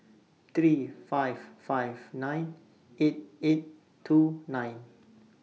three five five nine eight eight two nine